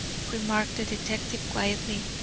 remarked the detective, quietly,